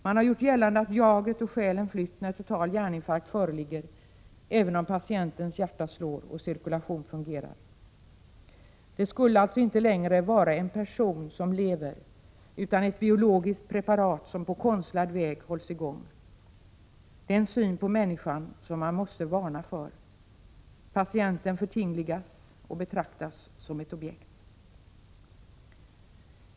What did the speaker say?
Det har gjorts gällande att ”jaget och själen flytt” när total hjärninfarkt föreligger, även om patientens hjärta slår och cirkulation fungerar. Det skulle alltså inte längre vara en person som lever utan ett biologiskt preparat som på konstlad väg hålls i gång. Det är en syn på människan som man måste varna för. Patienten förtingligas och betraktas som ett objekt.